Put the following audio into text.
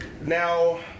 Now